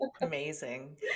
Amazing